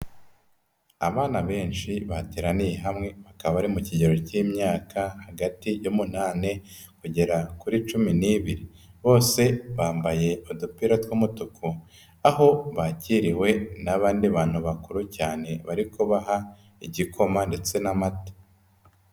Abana benshi bateraniye hamwe bakaba bari mu kigero k'imyaka hagati y'umunani kugera kuri cumi n'ibiri, bose bambaye udupira tw'umutuku aho bakiriwe n'abandi bantu bakuru cyane bari kubaha igikoma ndetse n'amata.